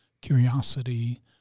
curiosity